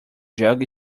jug